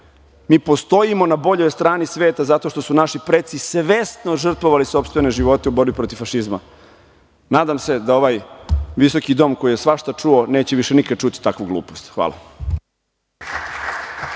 Mi postojimo na boljoj strani sveta zato što su naši preci svesno žrtvovali sopstvene živote u borbi protiv fašizma. Nadam se da ovaj visoki dom koji je svašta čuo neće više nikad čuti takvu glupost. Hvala.